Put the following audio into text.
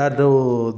ॾाढो